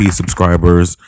subscribers